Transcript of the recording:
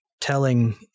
Telling